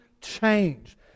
change